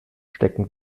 stecken